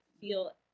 feel